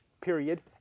period